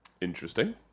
Interesting